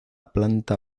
planta